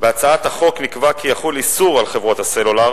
בהצעת החוק נקבע כי יחול איסור על חברות הסלולר